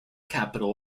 capital